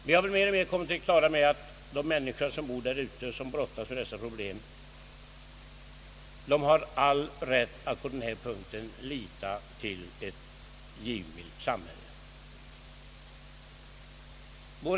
Vi har mer och mer blivit på det klara med att de människor som bor där ute och brottas med dessa problem har all rätt att på denna punkt lita till ett givmilt samhälle.